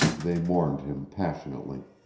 they mourned him passionately.